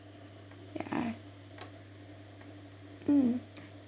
yeah mm